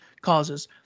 causes